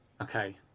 Okay